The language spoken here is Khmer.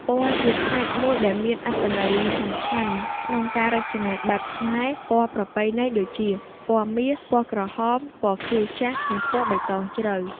ពណ៌ជាផ្នែកមួយដែលមានអត្ថន័យសំខាន់ក្នុងការរចនាបែបខ្មែរ ពណ៌ប្រពៃណីដូចជា ពណ៌មាស ពណ៌ក្រហម ពណ៌ខៀវចាស់ និងពណ៌បៃតងជ្រៅ។